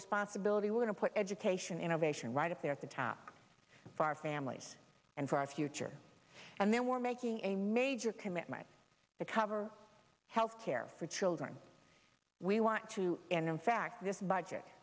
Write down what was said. responsibility or to put education innovation right up there at the top for our families and for our future and then we're making a major commitment to cover health care for children we want to and in fact this